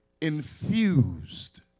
infused